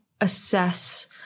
assess